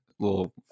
little